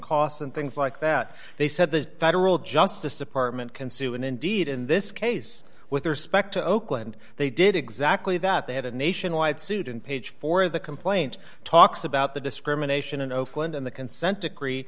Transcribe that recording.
costs and things like that they said the federal justice department can sue and indeed in this case with respect to oakland they did exactly that they had a nationwide suit and page for the complaint talks about the discrimination in oakland and the consent decree